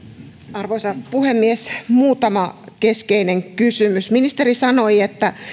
arvoisa puhemies muutama keskeinen kysymys ministeri sanoi että